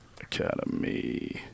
Academy